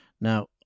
Now